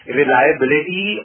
reliability